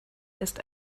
ist